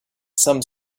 some